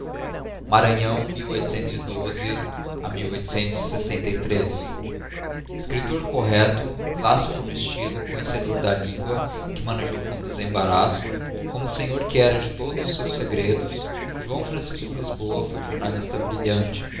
a maranhão e ao escriptor correcto clássico no estylo conhecedor da lingua que manejou com desembaraço como senhor que era de todos os seus segredos joão francisco lisboa foi jornalista brilhante